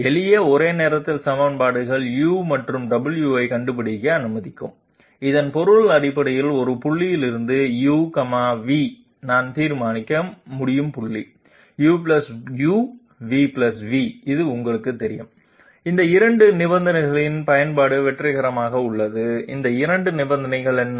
எளிய ஒரே நேரத்தில் சமன்பாடுகள்u மற்றும் w ஐக் கண்டுபிடிக்க அனுமதிக்கும் இதன் பொருள் அடிப்படையில் ஒரு புள்ளியில் இருந்து u v நான் தீர்க்க முடியும் புள்ளி u u v v இது உங்களுக்குத் தெரியும் இந்த 2 நிபந்தனைகளின் பயன்பாடு வெற்றிகரமாக உள்ளது அந்த 2 நிபந்தனைகள் என்ன